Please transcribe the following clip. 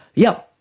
yeah,